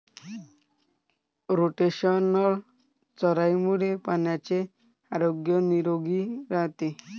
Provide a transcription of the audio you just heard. rotational चराईमुळे प्राण्यांचे आरोग्य निरोगी राहते